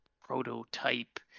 prototype